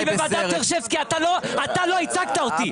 כי בוועדת שרשבסקי אתה לא ייצגת אותי.